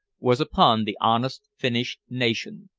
was upon the honest finnish nation.